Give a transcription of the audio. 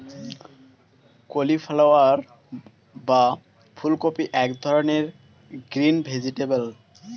cauliflower বা ফুলকপি এক ধরনের গ্রিন ভেজিটেবল